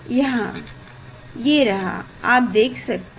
यहाँ ये रहा आप देख सकते हैं